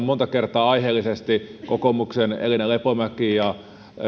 monta kertaa aiheellisesti muun muassa kokoomuksen elina lepomäki ja